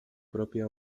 propia